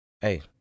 Hey